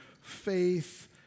Faith